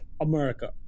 America